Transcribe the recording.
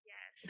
Yes